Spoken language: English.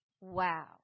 Wow